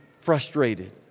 frustrated